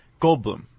Goldblum